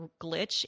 glitch